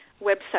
website